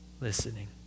Listening